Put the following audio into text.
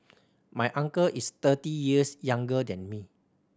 my uncle is thirty years younger than me